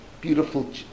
beautiful